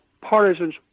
partisans